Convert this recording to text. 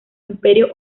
imperio